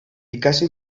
ikasi